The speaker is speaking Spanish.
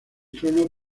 trono